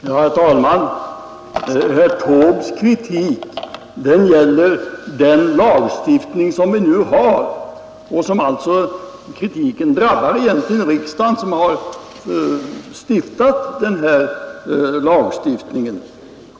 Herr talman! Herr Taubes kritik gäller den lagstiftning som vi nu har. Kritiken drabbar därför egentligen riksdagen, som har stiftat denna lag.